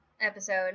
episode